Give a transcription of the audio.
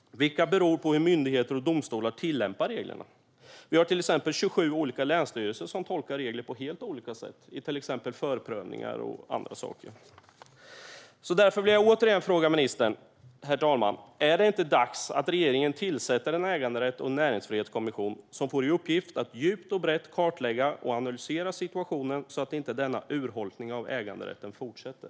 Vilka beror på hur myndigheter och domstolar tillämpar reglerna? Vi har till exempel 27 olika länsstyrelser som tolkar regler på helt olika sätt i exempelvis förprövningar och annat. Därför vill jag återigen fråga ministern, herr talman, om det inte är dags att regeringen tillsätter en äganderätts och näringsfrihetskommission som får i uppgift att djupt och brett kartlägga och analysera situationen så att denna urholkning av äganderätten inte fortsätter.